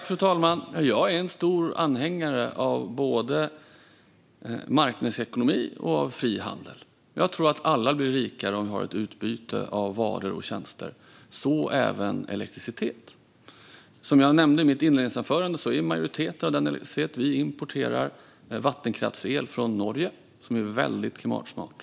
Fru talman! Jag är en stor anhängare av både marknadsekonomi och frihandel. Jag tror att alla blir rikare om vi har ett utbyte av varor och tjänster - så även av elektricitet. Som jag nämnde i mitt inledningsanförande är majoriteten av den elektricitet vi importerar vattenkraftsel från Norge, som är väldigt klimatsmart.